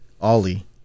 Ollie